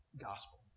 Gospel